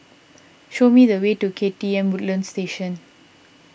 show me the way to K T M Woodlands Station